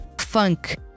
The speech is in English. funk